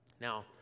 Now